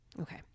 Okay